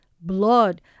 blood